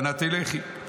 ואנה תלכי?